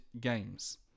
games